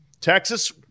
Texas